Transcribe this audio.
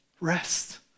Rest